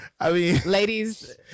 ladies